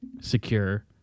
secure